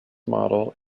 model